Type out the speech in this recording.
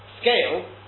scale